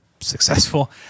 successful